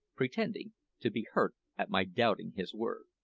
pretending to be hurt at my doubting his word.